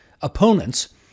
opponents